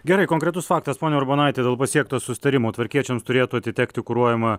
gerai konkretus faktas ponia urbonaite dėl pasiekto susitarimo tvarkiečiams turėtų atitekti kuruojama